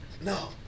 No